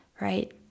right